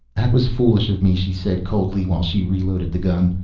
that was foolish of me, she said coldly while she reloaded the gun.